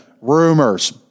Rumors